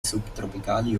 subtropicali